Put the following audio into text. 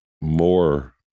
more